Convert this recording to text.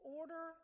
order